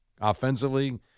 Offensively